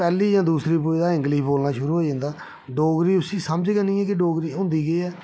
पैह्ली जां दूसरी पुजदा इंग्लिश बोलना शुरु होई जंदा डोगरी उस्सी समझ गै नेईं ऐ के डोगरी होंदी केह् ऐ